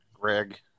Greg